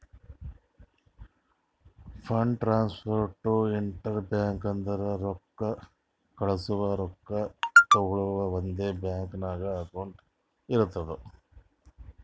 fund transfer to intra bank ಅಂದುರ್ ರೊಕ್ಕಾ ಕಳ್ಸವಾ ರೊಕ್ಕಾ ತಗೊಳವ್ ಒಂದೇ ಬ್ಯಾಂಕ್ ನಾಗ್ ಅಕೌಂಟ್ ಇರ್ತುದ್